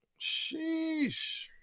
Sheesh